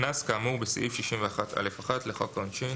במקום לחפש תחנת משטרה,